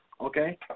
okay